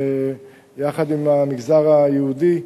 יחד עם המגזר היהודי,